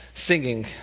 Singing